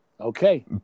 Okay